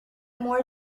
more